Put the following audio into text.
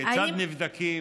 וכיצד נבדקים.